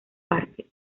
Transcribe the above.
parques